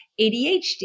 ADHD